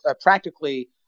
practically